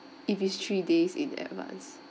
if it's three days in advance